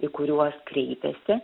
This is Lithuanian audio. į kuriuos kreipiasi